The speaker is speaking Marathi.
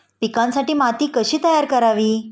पिकांसाठी माती कशी तयार करावी?